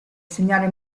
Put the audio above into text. segnale